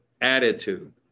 attitude